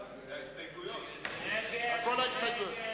ההסתייגות של קבוצת סיעת מרצ,